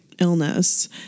illness